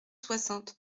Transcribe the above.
soixante